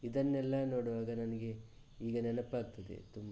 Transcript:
ಇದನ್ನೆಲ್ಲ ನೋಡುವಾಗ ನನಗೆ ಈಗ ನೆನಪಾಗ್ತದೆ ತುಂಬ